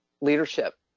leadership